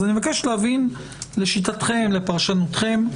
אז אני מבקש להבין לשיטתכם, לפרשנותכם,